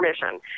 permission